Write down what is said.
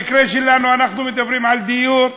במקרה שלנו אנחנו מדברים על דיור,